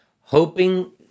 hoping